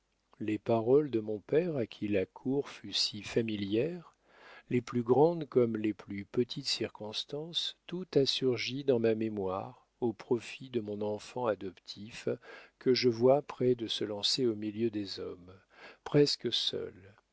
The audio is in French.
les paroles de mon père à qui la cour fut si familière les plus grandes comme les plus petites circonstances tout a surgi dans ma mémoire au profit de mon enfant adoptif que je vois près de se lancer au milieu des hommes presque seul